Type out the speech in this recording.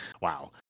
Wow